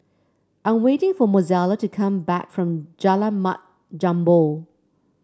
I am waiting for Mozella to come back from Jalan Mat Jambol